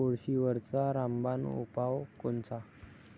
कोळशीवरचा रामबान उपाव कोनचा?